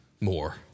more